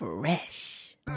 Fresh